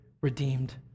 redeemed